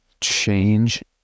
change